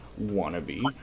Wannabe